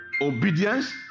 Obedience